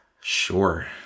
Sure